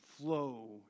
flow